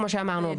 כמו שאמרנו,